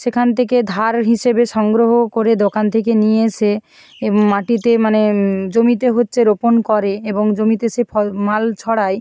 সেখান থেকে ধার হিসেবে সংগ্রহ করে দোকান থেকে নিয়ে এসে মাটিতে মানে জমিতে হচ্ছে রোপণ করে এবং জমিতে সে ফল মাল ছড়ায়